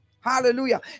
Hallelujah